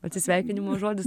atsisveikinimo žodis